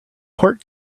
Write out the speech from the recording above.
pork